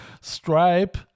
Stripe